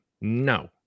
no